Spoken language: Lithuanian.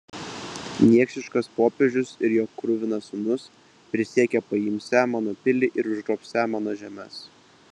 niekšiškas popiežius ir jo kruvinas sūnus prisiekė paimsią mano pilį ir užgrobsią mano žemes